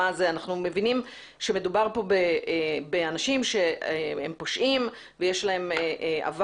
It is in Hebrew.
אנחנו מבינים שמדובר כאן באנשים שהם פושעים ויש להם עבר.